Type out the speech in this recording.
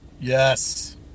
Yes